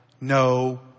no